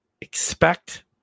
expect